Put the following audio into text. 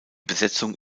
besetzung